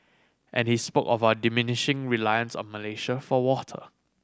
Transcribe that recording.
and he spoke of our diminishing reliance on Malaysia for water